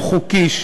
לא חוקי?